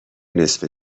نصفه